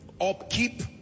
upkeep